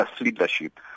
leadership